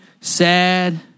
sad